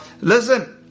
Listen